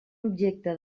objecte